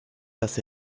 dass